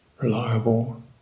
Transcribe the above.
reliable